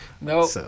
No